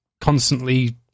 constantly